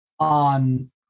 On